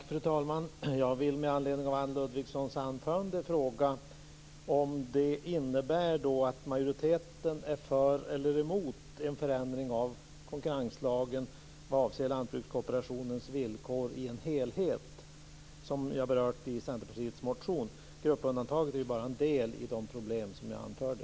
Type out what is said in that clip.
Fru talman! Jag vill med anledning av Anne Ludvigssons anförande fråga om det här innebär att majoriteten är för eller emot en förändring av konkurrenslagen vad avser lantbrukskooperationens villkor i en helhet. Detta har vi berört i Centerpartiets motion. Gruppundantaget är ju bara en del i de problem som jag anförde.